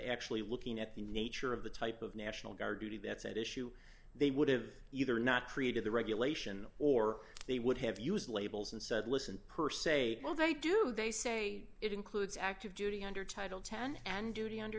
actually looking at the nature of the type of national guard duty that's at issue they would've either not created the regulation or they would have used labels and said listen per se well they do they say it includes active duty under title ten and duty under